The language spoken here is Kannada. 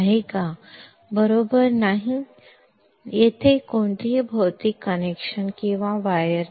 ನೀವು ನೋಡಬಹುದಾದರೆ ಈ ರೀತಿಯ ಭೌತಿಕ ಸಂಪರ್ಕವಿದೆಯೇ